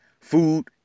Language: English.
food